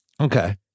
Okay